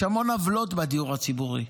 יש המון עוולות בדיור הציבורי.